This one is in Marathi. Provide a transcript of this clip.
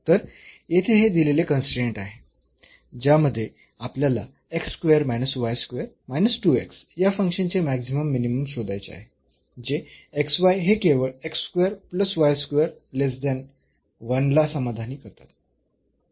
तर येथे हे दिलेले कन्स्ट्रेन्ट आहे ज्यामध्ये आपल्याला या फंक्शनचे मॅक्सिमम मिनिमम शोधायचे आहे जे हे केवळ ला समाधानी करतात